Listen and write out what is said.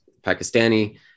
Pakistani